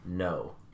No